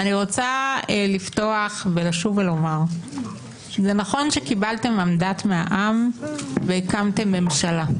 אני רוצה לפתוח ולשוב ולומר: זה נכון שקיבלתם מנדט מהעם והקמתם ממשלה.